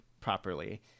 properly